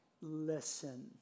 listen